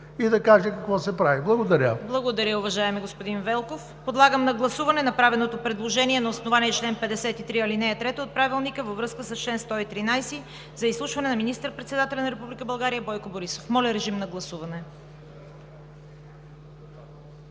и да каже какво се прави. Благодаря.